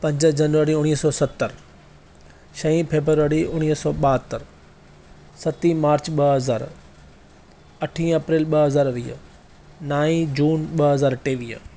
पंज जनवरी उणवीह सौ सतरि छहीं फ़ैबररी उणवीह सौ ॿाहतरि सतीं मार्च ॿ हज़ार अठीं अप्रैल ॿ हज़ार वीह नाईं जून ॿ हज़ार टेवीह